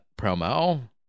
promo